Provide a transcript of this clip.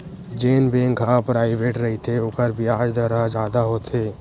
जेन बेंक ह पराइवेंट रहिथे ओखर बियाज दर ह जादा होथे